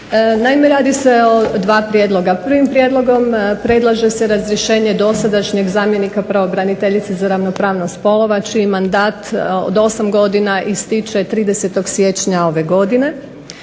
Naime radi se o dva prijedloga. Prvim prijedlogom predlaže se razrješenje dosadašnjeg zamjenika pravobraniteljice za ravnopravnost spolova čiji mandat od 8 godina ističe 30. siječnja ove godine